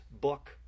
book